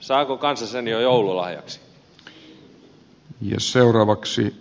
saako kansa sen jo joululahjaksi